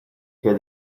hear